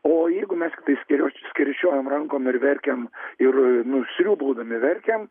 o jeigu mes tik sker skeryčiojam rankom ir verkiam ir sriūbaudami verkiam